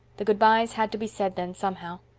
the good-byes had to be said then somehow.